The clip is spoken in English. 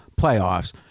playoffs